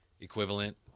equivalent